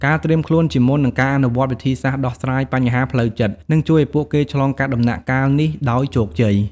ការត្រៀមខ្លួនជាមុន និងការអនុវត្តវិធីសាស្រ្តដោះស្រាយបញ្ហាផ្លូវចិត្ត នឹងជួយឲ្យពួកគេឆ្លងកាត់ដំណាក់កាលនេះដោយជោគជ័យ។